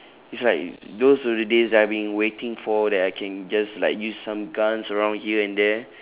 it's like those were the days that I've been waiting for that I can just like use some guns around here and there